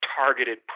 targeted